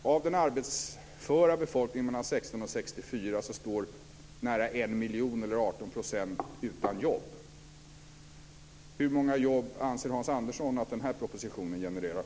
Av den arbetsföra befolkningen mellan 16 och 64 år står nära Hans Andersson att den här propositionen genererar?